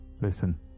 listen